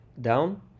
down